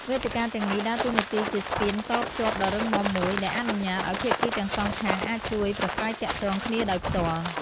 វេទិកាទាំងនេះដើរតួនាទីជាស្ពានតភ្ជាប់ដ៏រឹងមាំមួយ ដែលអនុញ្ញាតឲ្យភាគីទាំងសងខាងអាចជួបប្រាស្រ័យទាក់ទងគ្នាដោយផ្ទាល់។